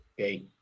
okay